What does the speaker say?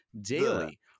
daily